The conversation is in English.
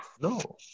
no